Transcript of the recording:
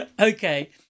okay